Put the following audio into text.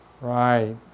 Right